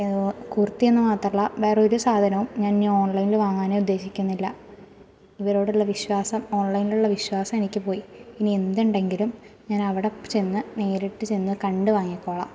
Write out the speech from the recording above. കുർത്തി എന്ന് മാത്രമല്ല വേറൊരു സാധനവും ഞാൻ ഇനി ഓൺലൈനിൽ വാങ്ങാനേ ഉദ്ദേശിക്കുന്നില്ല ഇവരോടുള്ള വിശ്വാസം ഓൺലൈനിലുള്ള വിശ്വാസം എനിക്ക് പോയി ഇനി എന്തുണ്ടെങ്കിലും ഞാൻ അവിടെ ചെന്ന് നേരിട്ട് ചെന്ന് കണ്ട് വാങ്ങിക്കോളാം